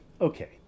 Okay